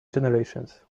generations